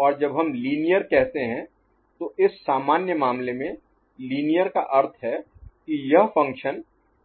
और जब हम लीनियर कहते हैं तो इस सामान्य मामले में लीनियर का अर्थ है कि यह फ़ंक्शन